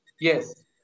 Yes